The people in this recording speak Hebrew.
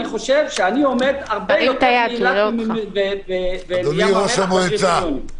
אני חושב שאני עומד הרבה יותר מאילת ומים המלח בקריטריונים,